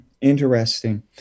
Interesting